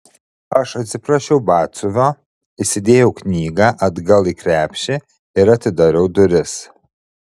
aš atsiprašiau batsiuvio įsidėjau knygą atgal į krepšį ir atidariau duris